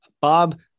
Bob